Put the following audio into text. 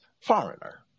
foreigner